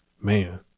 man